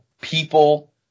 people